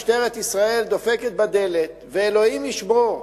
משטרת ישראל דופקת בדלת ואלוהים ישמור.